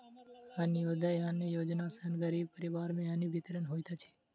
अन्त्योदय अन्न योजना सॅ गरीब परिवार में अन्न वितरण होइत अछि